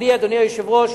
אדוני היושב-ראש,